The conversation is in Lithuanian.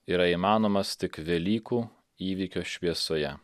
yra įmanomas tik velykų įvykio šviesoje